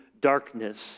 darkness